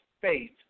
faith